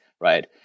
right